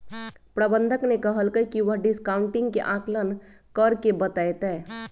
प्रबंधक ने कहल कई की वह डिस्काउंटिंग के आंकलन करके बतय तय